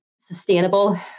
sustainable